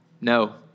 no